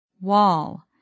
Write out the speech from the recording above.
Wall